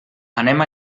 anem